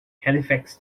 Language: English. halifax